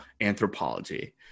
Anthropology